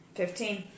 fifteen